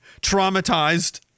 Traumatized